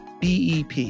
bep